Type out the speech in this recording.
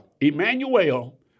Emmanuel